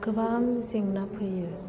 गोबां जेंना फैयो